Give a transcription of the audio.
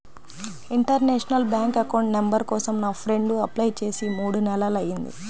international bank account number కోసం నా friend apply చేసి మూడు నెలలయ్యింది